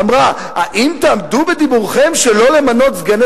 אמרה: "האם תעמדו בדיבורכם שלא למנות סגני